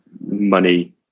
money